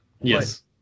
Yes